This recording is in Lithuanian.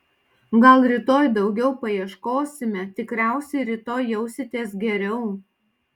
gal rytoj daugiau paieškosime tikriausiai rytoj jausitės geriau